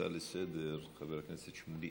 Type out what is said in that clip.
להצעה לסדר-היום של חבר הכנסת שמולי